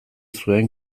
zuen